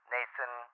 Nathan